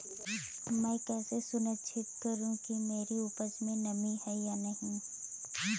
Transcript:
मैं कैसे सुनिश्चित करूँ कि मेरी उपज में नमी है या नहीं है?